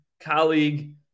colleague